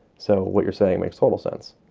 so what you're saying makes total sense.